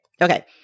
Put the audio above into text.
Okay